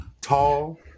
tall